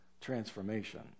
transformation